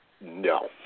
No